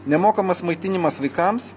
nemokamas maitinimas vaikams